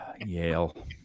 Yale